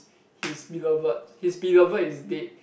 his beloved his beloved is dead